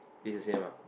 it's thw same ah